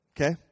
Okay